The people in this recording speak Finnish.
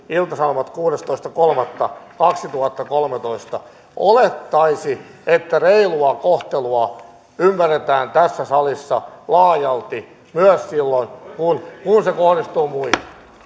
ilta sanomat kuudestoista kolmatta kaksituhattakolmetoista olettaisi että reilua kohtelua ymmärretään tässä salissa laajalti myös silloin kun se kohdistuu muihin